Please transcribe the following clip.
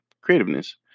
creativeness